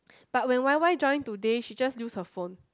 but when Y Y join today she just use her phone